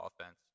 offense